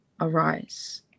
arise